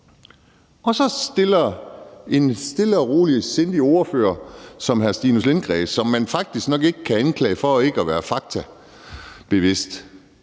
Så stiller en stille og rolig og sindig ordfører som hr. Stinus Lindgreen, som man faktisk nok ikke kan anklage for ikke at være faktabevidst,